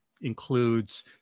includes